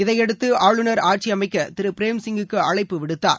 இதையடுத்து ஆளுநர் ஆட்சியமைக்க திரு பிரேம் சிங் க்கு அழைப்பு விடுத்தார்